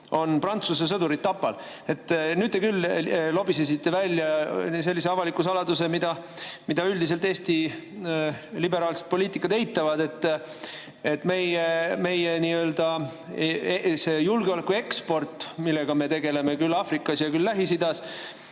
on Prantsuse sõdurid Tapal. Nüüd te küll lobisesite välja sellise avaliku saladuse, mida üldiselt Eesti liberaalsed poliitikud eitavad. Meie nii‑öelda julgeolekueksport, millega me tegeleme küll Aafrikas, küll Lähis-Idas,